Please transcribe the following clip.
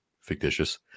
fictitious